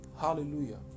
Hallelujah